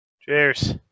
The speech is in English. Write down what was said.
Cheers